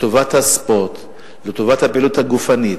לטובת הספורט, לטובת הפעילות הגופנית.